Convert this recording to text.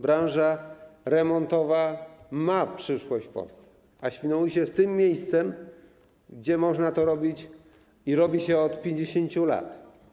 Branża remontowa ma przyszłość w Polsce, a Świnoujście jest tym miejscem, gdzie można to robić i robi się od 50 lat.